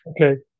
Okay